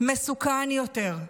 מסוכן יותר,